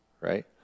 right